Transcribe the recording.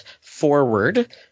Forward